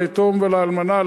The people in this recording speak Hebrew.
ליתום ולאלמנה,